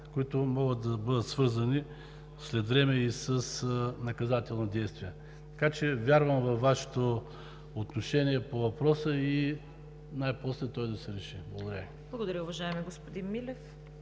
които могат да бъдат свързани след време и с наказателни действия. Така че вярвам във Вашето отношение по въпроса и най-после той да се реши. Благодаря Ви.